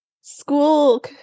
school